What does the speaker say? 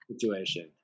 Situation